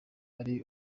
ari